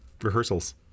rehearsals